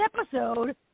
episode